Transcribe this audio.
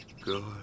Good